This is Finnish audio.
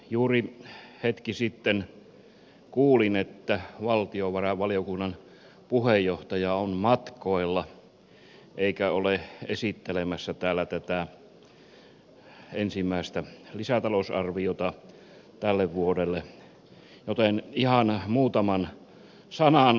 juuri hetki sitten kuulin että valtiovarainvaliokunnan puheenjohtaja on matkoilla eikä ole esittelemässä täällä tätä ensimmäistä lisätalousarviota tälle vuodelle joten ihan muutaman sanan käytän tästä käsittelystä